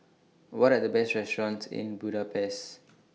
What Are The Best restaurants in Budapest